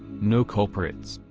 no culprits.